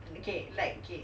okay like okay